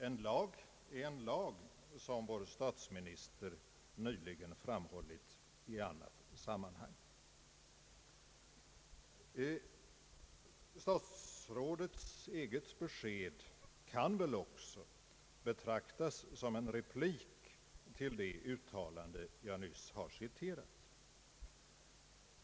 En lag är en lag — som vår statsminister nyligen framhållit i annat sammanhang. Statsrådets eget besked kan väl också betraktas som en replik med anledning av det uttalande jag nyss har citerat.